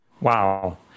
wow